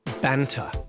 banter